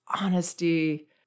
honesty